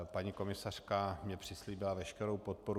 Paní komisařka mi přislíbila veškerou podporu.